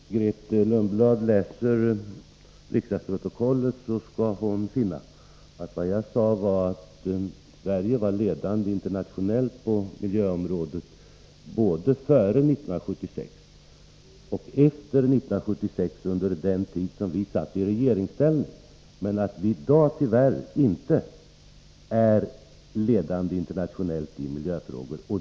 Herr talman! Om Grethe Lundblad läser riksdagsprotokollet skall hon finna att jag sade att Sverige var ledande internationellt på miljöområdet både före 1976 och efter 1976, under den tid som vi satt i regeringsställning, men att vårt land i dag tyvärr inte är ledande internationellt i miljöfrågor.